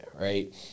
right